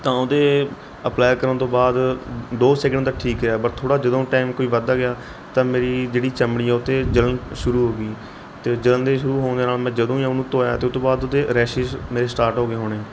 ਤਾਂ ਉਹਦੇ ਅਪਲਾਈ ਕਰਨ ਤੋਂ ਬਾਅਦ ਦੋ ਸੈਕਿੰਡ ਤੱਕ ਠੀਕ ਰਿਹਾ ਬਟ ਥੋੜ੍ਹਾ ਜਦੋਂ ਟਾਈਮ ਕੋਈ ਵੱਧਦਾ ਗਿਆ ਤਾਂ ਮੇਰੀ ਜਿਹੜੀ ਚਮੜੀ ਆ ਉੱਥੇ ਜਲਨ ਸ਼ੁਰੂ ਹੋ ਗਈ ਅਤੇ ਜਲਨ ਦੇ ਸ਼ੁਰੂ ਹੋਣ ਦੇ ਨਾਲ ਮੈਂ ਜਦੋਂ ਵੀ ਉਹਨੂੰ ਧੋਇਆ ਅਤੇ ਉਹ ਤੋਂ ਬਾਅਦ ਉੱਥੇ ਰੇਸ਼ੇਜ਼ ਮੇਰੇ ਸਟਾਰਟ ਹੋ ਗਏ ਹੋਣੇ